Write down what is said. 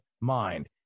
mind